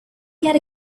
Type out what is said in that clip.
yet